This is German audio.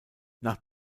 nach